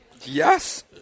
Yes